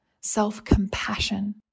self-compassion